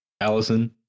Allison